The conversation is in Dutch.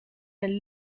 een